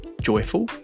joyful